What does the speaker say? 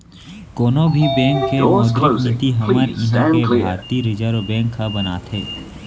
कोनो भी बेंक के मौद्रिक नीति हमर इहाँ के भारतीय रिर्जव बेंक ह बनाथे